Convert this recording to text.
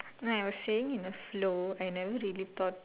no I was saying in a flow I never really thought